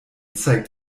zeigt